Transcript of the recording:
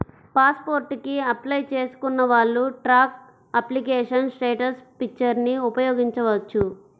pass port కి apply చేసుకున్న వాళ్ళు ట్రాక్ అప్లికేషన్ స్టేటస్ ఫీచర్ని ఉపయోగించవచ్చు